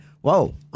whoa